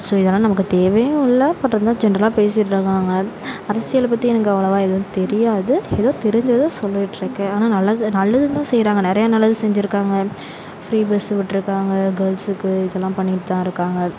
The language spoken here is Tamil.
ஸோ இதெல்லாம் நமக்கு தேவையும் இல்லை பட் இருந்தாலும் ஜென்ட்ரலா பேசிகிட்ருக்காங்க அரசியலை பற்றி எனக்கு அவ்வளோவா எதுவும் தெரியாது ஏதோ தெரிஞ்சதை சொல்லிகிட்ருக்கேன் ஆனால் நல்லது நல்லதும் தான் செய்கிறாங்க நிறையா நல்லது செஞ்சுருக்காங்க ஃப்ரீ பஸ் விட்டிருக்காங்க கேள்ஸுக்கு இதெல்லாம் பண்ணிகிட்டுதான் இருக்காங்க